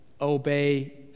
obey